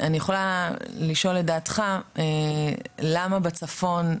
אני יכולה לשאול את דעתך למה בצפון